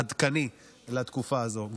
עדכני לתקופה הזו,